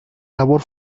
labor